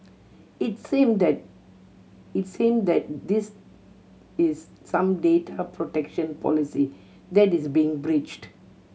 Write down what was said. it seem that it seem that this is some data protection policy that is being breached